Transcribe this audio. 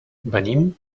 venim